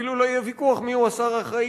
אפילו לא יהיה ויכוח מיהו השר האחראי,